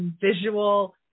visual